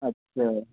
اچھا